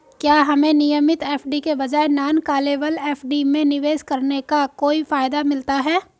क्या हमें नियमित एफ.डी के बजाय नॉन कॉलेबल एफ.डी में निवेश करने का कोई फायदा मिलता है?